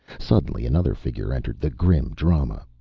suddenly another figure entered the grim drama.